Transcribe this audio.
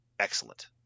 Excellent